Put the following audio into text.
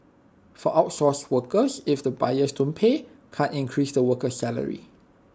for outsourced workers if the buyers don't pay can't increase the worker's salary